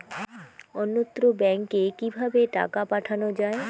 অন্যত্র ব্যংকে কিভাবে টাকা পাঠানো য়ায়?